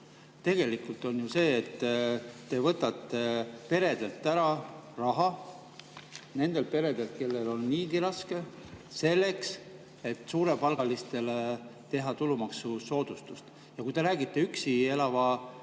Tegelikult on ju nii, et te võtate peredelt ära raha – nendelt peredelt, kellel on niigi raske – selleks, et suurepalgalistele teha tulumaksusoodustust. Kui te räägite üksi last